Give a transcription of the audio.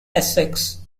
essex